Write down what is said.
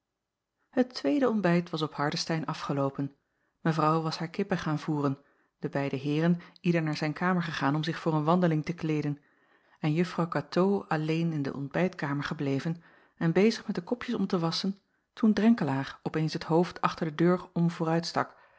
het tweede ontbijt was op hardestein afgeloopen mevrouw was haar kippen gaan voêren de beide heeren ieder naar zijn kamer gegaan om zich voor een wandeling te kleeden en juffrouw katoo alleen in de ontbijtkamer gebleven en bezig met de kopjes om te wasschen toen drenkelaer op eens het hoofd achter de deur